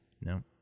No